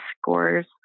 scores